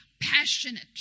passionate